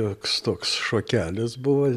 šioks toks šokelis buvo